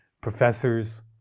professors